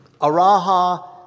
Araha